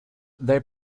they